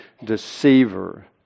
deceiver